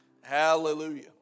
Hallelujah